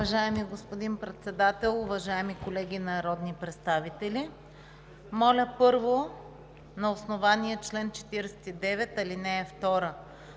Уважаеми господин Председател, уважаеми колеги народни представители! Моля, първо, на основание чл. 49, ал. 2